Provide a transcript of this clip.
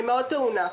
אני מאוד טעונה,